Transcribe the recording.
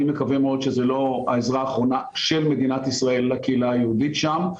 אני מקווה מאוד שזה לא העזרה האחרונה של מדינת ישראל לקהילה היהודית שם.